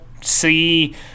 see